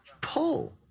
Pull